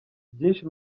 byinshi